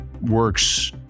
works